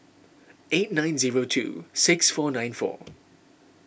eight nine zero two six four nine four